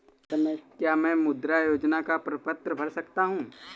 क्या मैं मुद्रा योजना का प्रपत्र भर सकता हूँ?